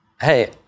hey